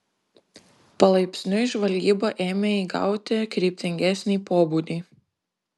palaipsniui žvalgyba ėmė įgauti kryptingesnį pobūdį